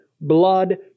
blood